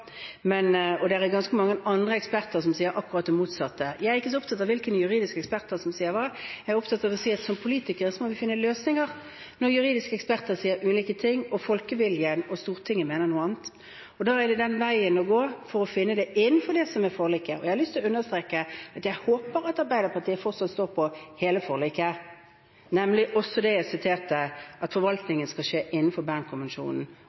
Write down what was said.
og det er ganske mange andre eksperter som sier akkurat det motsatte. Jeg er ikke så opptatt av hvilke juridiske eksperter som sier hva. Jeg er opptatt av å si at som politikere må vi finne løsninger når juridiske eksperter sier ulike ting, og folkeviljen og Stortinget mener noe annet. Da er veien å gå å finne løsningene innenfor det som er forliket, og jeg har lyst til å understreke at jeg håper Arbeiderpartiet fortsatt står på hele forliket, nemlig også det jeg siterte – at